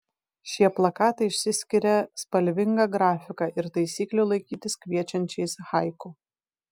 šie plakatai išsiskiria spalvinga grafika ir taisyklių laikytis kviečiančiais haiku